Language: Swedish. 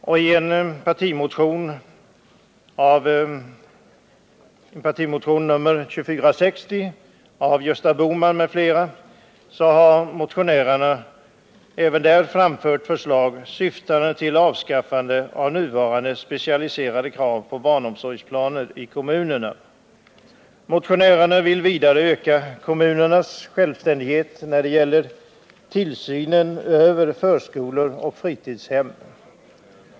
Även i partimotionen 2460 av Gösta Bohman m.fl. har det framförts förslag syftande till ett avskaffande av nuvarande krav på specificerade barnomsorgsplaner i kommunerna. Motionärerna vill vidare öka kommunernas självständighet när det gäller tillsynen över förskolor och fritidshem.